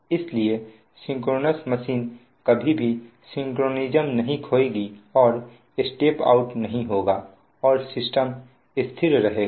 इसलिए synchronous machine कभी भी सिंक्रानिज़्मनहीं खोएगी और स्टेप आउट नहीं होगा और सिस्टम स्थिर रहेगा